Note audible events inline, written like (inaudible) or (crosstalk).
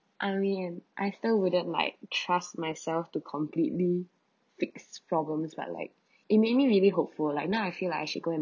irene I still wouldn't like trust myself to completely fix problems but like (breath) it makes me really hopeful like now I feel like I should go and